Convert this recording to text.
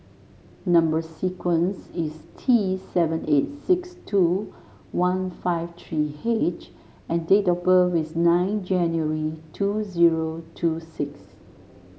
number sequence is T seven eight six two one five three H and date of birth is nine January two zero two six